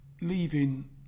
leaving